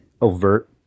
overt